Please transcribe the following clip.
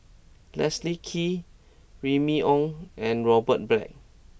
Leslie Kee Remy Ong and Robert Black